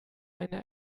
einer